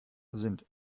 sind